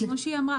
כמו שהיא אמרה,